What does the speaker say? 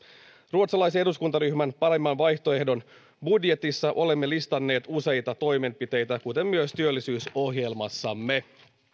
ruotsalaisen eduskuntaryhmän paremman vaihtoehdon budjetissa olemme listanneet useita toimenpiteitä kuten myös työllisyysohjelmassamme